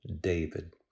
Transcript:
David